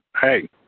hey